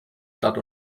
stadt